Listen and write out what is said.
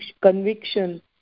conviction